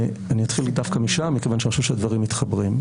אני אתחיל דווקא משם מכיוון שאני חושב שהדברים מתחברים.